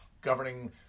governing